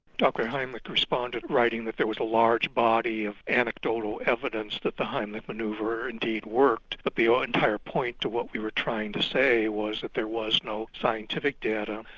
dr heimlich responded, writing that there was a large body of anecdotal evidence that the heimlich manoeuvre indeed worked but the ah entire point to what we were trying to say was that there was no scientific data.